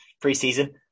pre-season